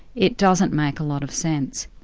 it doesn't make a lot of sense.